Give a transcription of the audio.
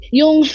yung